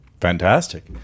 Fantastic